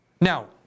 Now